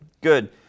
Good